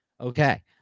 Okay